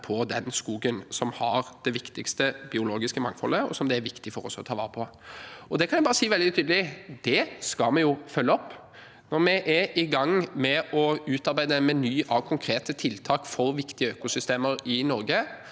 på den skogen som har det viktigste biologiske mangfoldet, og som det er viktig for oss å ta vare på. Dette kan jeg si veldig tydelig: Det skal vi også følge opp. Vi er i gang med å utarbeide en meny av konkrete tiltak for viktige økosystemer i Norge,